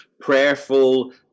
prayerful